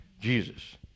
Jesus